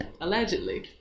allegedly